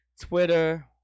Twitter